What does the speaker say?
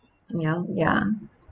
ya ya